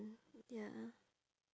ya